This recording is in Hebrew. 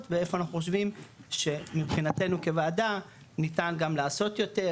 ואיפה אנחנו חושבים שמבחינתנו כוועדה ניתן גם לעשות יותר,